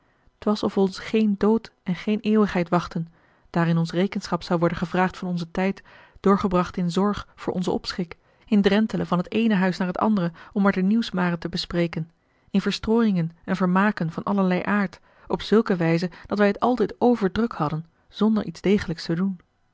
t was of ons geen dood en geene eeuwigheid wachtten waarin ons rekenschap zou worden gevraagd van onzen tijd doorgebracht in zorg voor onzen opschik in drentelen van t eene huis naar het andere om er de nieuwsmaren te bespreken in verstrooiingen en vermaken van allerlei aard op zulke wijze dat wij het altijd overdruk hadden zonder iets degelijks te doen